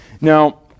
Now